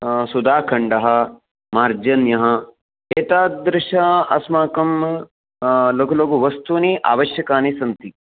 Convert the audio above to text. सुधाखण्डः मार्जन्यः एतादृशाः अस्माकं लघुलघुवस्तूनि आवश्यकानि सन्ति